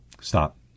stop